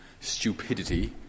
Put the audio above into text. stupidity